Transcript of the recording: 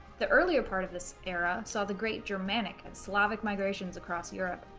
the earlier part of this era saw the great germanic and slavic migrations across europe,